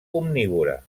omnívora